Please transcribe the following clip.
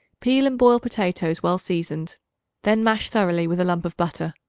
peel and boil potatoes well seasoned then mash thoroughly with a lump of butter.